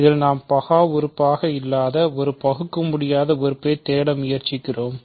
இதில் நாம் பகா உறுப்பாக இல்லாத ஒரு பகுக்கமுடியாத உறுப்பைத் தேட முயற்சிக்கிறோம்